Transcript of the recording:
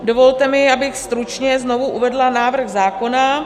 Dovolte mi, abych stručně znovu uvedla návrh zákona.